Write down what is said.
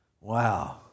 wow